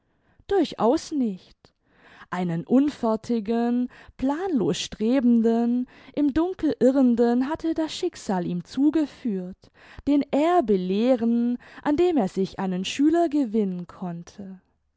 durchaus nicht einen unfertigen planlos strebenden im dunkel irrenden hatte das schicksal ihm zugeführt den er belehren an dem er sich einen schüler gewinnen konnte